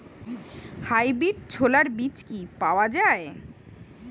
Hybrid ছোলার বীজ কি পাওয়া য়ায়?